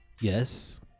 Yes